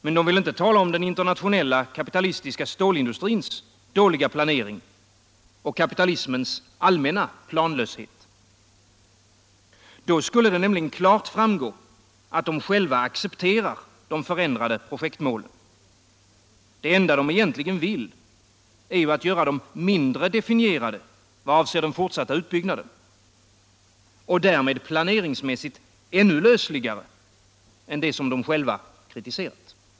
Men de vill inte tala om den internationella kapitalistiska stålindustrins dåliga planering och kapitalismens allmänna planlöshet. Då skulle det nämligen klart framgå att de själva accepterar de förändrade projektmålen. Det enda de borgerliga egentligen vill är att göra målen mindre definierade i vad avser den fortsatta utbyggnaden — och därmed planmässigt ännu lösligare än det som de själva har kritiserat.